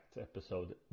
episode